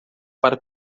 para